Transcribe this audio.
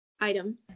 item